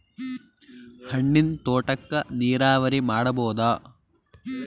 ಹಣ್ಣಿನ್ ತೋಟಕ್ಕ ನೀರಾವರಿ ಮಾಡಬೋದ?